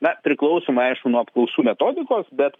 na priklausomai aišku nuo apklausų metodikos bet